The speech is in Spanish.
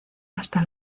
hasta